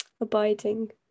abiding